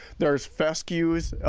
there's fescues,